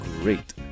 great